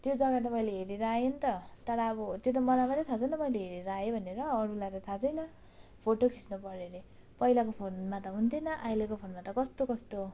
त्यो जगा त मैले हेरेर आएँ नि त तर अब त्यो त मलाई मात्र थाहा छ नि त मैले हेरेर आएँ भनेर अरूलाई त थाहा छैन फोटो खिच्न पर्यो अरे पहिलेको फोनमा त हुन्थेन अहिलेको फोनमा त कस्तो कस्तो